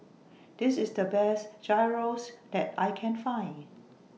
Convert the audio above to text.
This IS The Best Gyros that I Can Find